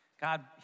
God